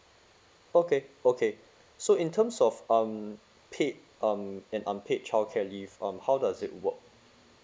okay okay so in terms of um paid um and unpaid childcare leave um how does it work